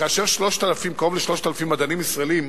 כאשר קרוב ל-3,000 מדענים ישראלים